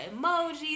emojis